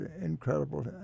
incredible